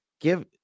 give